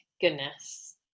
goodness